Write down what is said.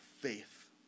faith